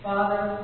Father